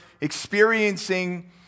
experiencing